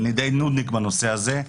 אני די נודניק בנושא הזה,